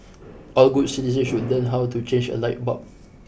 all good citizens should learn how to change a light bulb